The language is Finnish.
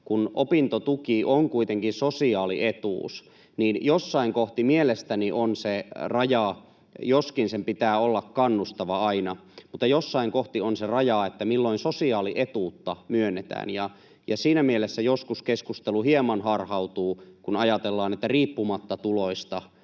kun opintotuki on kuitenkin sosiaalietuus, niin jossain kohti mielestäni on se raja — joskin sen pitää olla kannustava aina — mutta jossain kohti on se raja, milloin sosiaalietuutta myönnetään. Siinä mielessä keskustelu joskus hieman harhautuu, kun ajatellaan, että riippumatta tuloista